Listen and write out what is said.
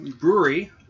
brewery